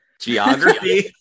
geography